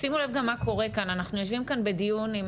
שימו לב גם מה קורה כאן אנחנו יושבים כאן בדיון עם